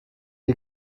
die